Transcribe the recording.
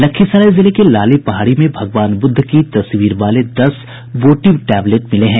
लखीसराय जिले के लाली पहाड़ी में भगवान बुद्ध की तस्वीर वाले दस वोटिव टैबलेट मिले हैं